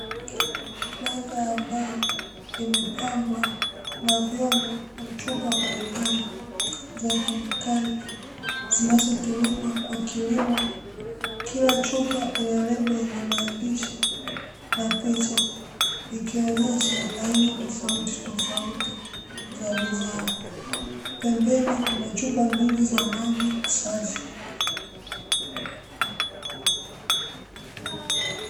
Meza ya mbao imepambwa na vyombo na chupa mbalimbali za kemikali zinazotumika kwa kilimo. Kila chupa ina lebo yenye maandishi ya picha zikionyesha aina tofautitofauti za bidhaa. Pembeni kuna chupa mbili za bidhaa safi.